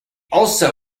also